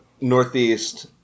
Northeast